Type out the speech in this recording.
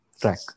track